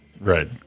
Right